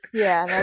yeah,